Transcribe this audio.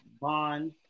Bond